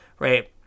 Right